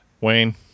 Wayne